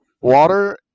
Water